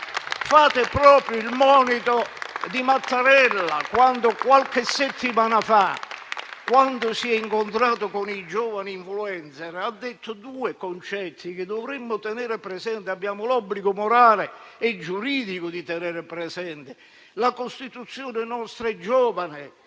Fate vostro il monito di Mattarella, che qualche settimana fa, quando si è incontrato con i giovani *influencer*, ha detto due concetti che dovremmo tenere presenti, perché abbiamo l'obbligo morale e giuridico di farlo: la nostra Costituzione è giovane,